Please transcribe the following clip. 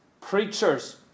preachers